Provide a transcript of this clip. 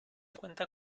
cuenta